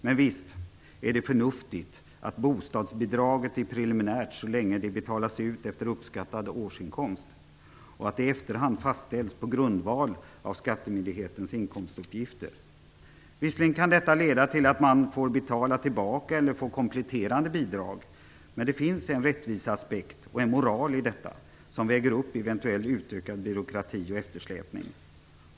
Men visst är det förnuftigt att bostadsbidraget är preliminärt så länge det betalas ut efter uppskattad årsinkomst, och att det i efterhand fastställs på grundval av skattemyndighetens inkomstuppgifter. Visserligen kan detta leda till att man får betala tillbaka eller till att man får kompletterande bidrag, men det finns en rättviseaspekt och en moral i detta som väger upp eventuellt utökad byråkrati och eftersläpning.